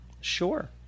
Sure